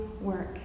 work